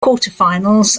quarterfinals